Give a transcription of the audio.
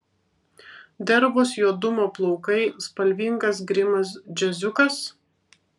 dervos juodumo plaukai spalvingas grimas džiaziukas